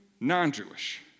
non-jewish